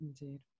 Indeed